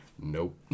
Nope